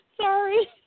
sorry